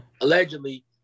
Allegedly